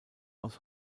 aus